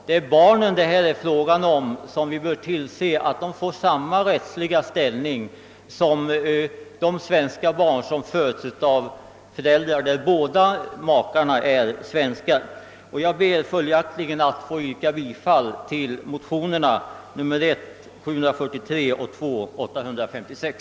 Det gäller här barnen, och vi bör tillse att de får samma rättsliga ställning som de barn vilkas båda föräldrar är svenskar. Jag ber följaktligen att få yrka bifall till motionerna I: 743 och II: 856.